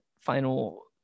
final